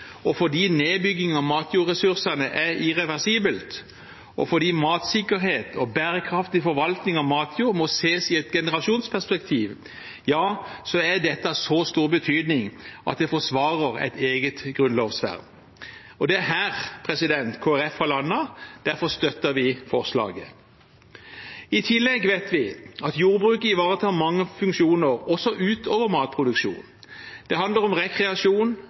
og fordi nedbygging av matjordressurser er irreversibelt, og fordi matsikkerhet og bærekraftig forvaltning av matjord må ses i et generasjonsperspektiv, er dette av så stor betydning at det forsvarer et eget grunnlovsvern. Det er her Kristelig Folkeparti har landet. Derfor støtter vi forslaget. I tillegg vet vi at jordbruket ivaretar mange funksjoner, også utover matproduksjon. Det handler om rekreasjon,